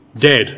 dead